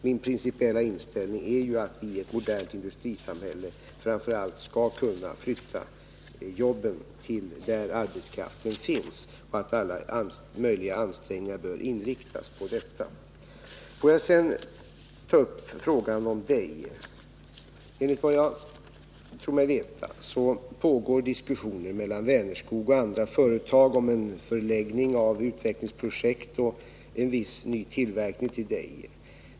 Min principiella inställning är att vi i ett modernt samhälle framför allt skall kunna flytta jobben dit där arbetskraften finns och att alla möjliga ansträngningar bör inriktas på detta. Får jag sedan ta upp frågan om Deje. Enligt vad jag tror mig veta pågår diskussioner mellan Vänerskog och andra företag om en förläggning av utvecklingsprojekt och en viss ny tillverkning till Deje.